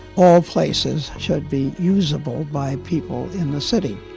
all places should be usable by people in the city.